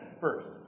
first